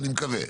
אני מקווה,